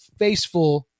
Faceful